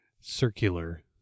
Circular